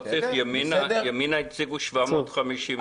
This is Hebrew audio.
לא צריך, כי ימינה הציגו 750 הסתייגויות.